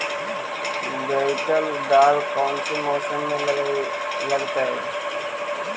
बैतल दाल कौन से मौसम में लगतैई?